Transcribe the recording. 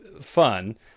fun